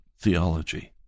theology